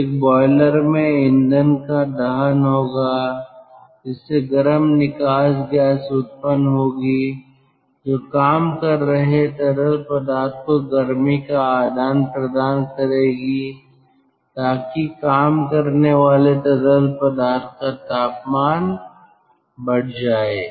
तो एक बॉयलर में ईंधन का दहन होगा जिससे गरम निकास गैस उत्पन्न होगी जो काम कर रहे तरल पदार्थ को गर्मी का आदान प्रदान करेगी ताकि काम करने वाले तरल पदार्थ का तापमान बढ़ जाए